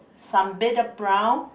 some bit of brown